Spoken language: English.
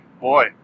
Boy